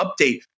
update